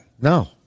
No